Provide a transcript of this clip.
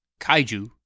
Kaiju